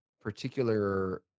particular